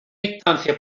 instancia